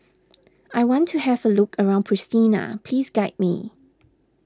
I want to have a look around Pristina please guide me